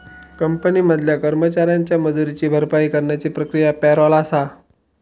company मधल्या कर्मचाऱ्यांच्या मजुरीची भरपाई करण्याची प्रक्रिया पॅरोल आसा